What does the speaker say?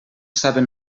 saben